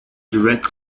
direct